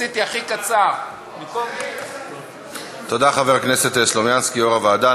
תודה, חבר הכנסת סלומינסקי, יושב-ראש הוועדה.